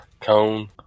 cone